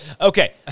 Okay